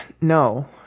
no